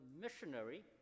missionary